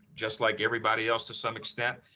just like everybody else to some extent,